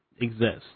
exist